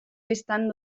distant